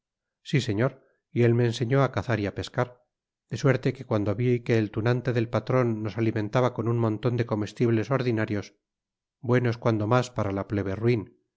si señor y él me enseñó á cazar y á pescar de suerte que cuando vi que el tunante del patron nos alimentaba con un monton de comestibles ordinarios buenos cuando mas para la plebe ruin